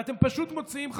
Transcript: ואתם פשוט מוציאים,